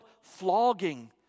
flogging